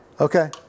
okay